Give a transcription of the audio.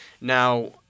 Now